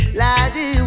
lady